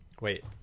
Wait